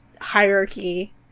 hierarchy